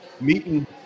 meeting